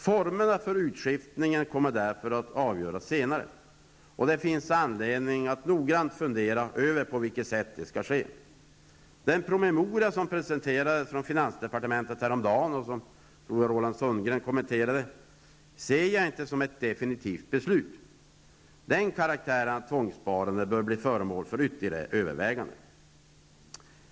Formerna för utskiftningen kommer därför att avgöras senare. Det finns anledning att noggrant fundera över på vilket sätt det skall ske. Den promemoria som presenterades av finansdepartementet häromdagen, som jag tror Roland Sundgren kommenterade, ser jag inte som ett definitivt beslut. Den karaktären av tvångssparande bör bli föremål för ytterligare överväganden.